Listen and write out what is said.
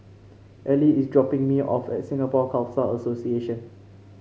Ely is dropping me off at Singapore Khalsa Association